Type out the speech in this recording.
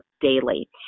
daily